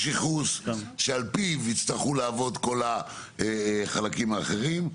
שעל פיו יצטרכו לעבוד על החלקים האחרים.